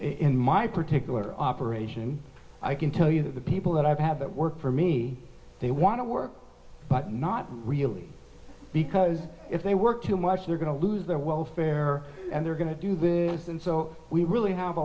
in my particular operation i can tell you that the people that i've had that work for me they want to work but not really because if they work too much they're going to lose their welfare and they're going to do this and so we really have a